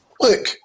Look